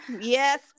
Yes